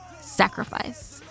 Sacrifice